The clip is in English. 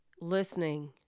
listening